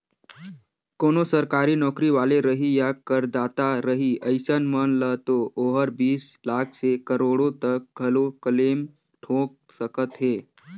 कोनो सरकारी नौकरी वाले रही या करदाता रही अइसन मन ल तो ओहर बीस लाख से करोड़ो तक घलो क्लेम ठोक सकत हे